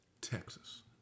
Texas